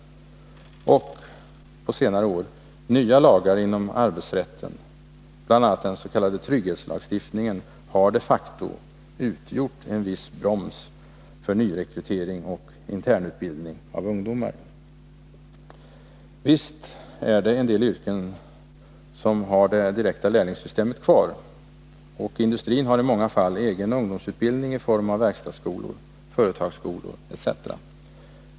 Och på senare år har nya lagar inom arbetsrätten, bl.a. dens.k. trygghetslagstiftningen, de facto utgjort en viss broms när det gäller nyrekrytering och internutbildning av ungdomar. Visst är det en del yrken som har det direkta lärlingssystemet kvar. Och industrin har i många fall egen ungdomsutbildning i form av verkstadsskolor, företagsskolor etc.